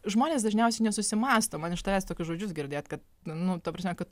žmonės dažniausiai nesusimąsto man iš tavęs tokius žodžius girdėt kad nu ta prasme kad